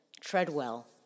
Treadwell